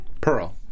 Pearl